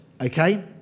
okay